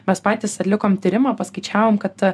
mes patys atlikom tyrimą paskaičiavom kad